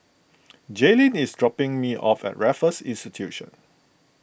Jaylene is dropping me off at Raffles Institution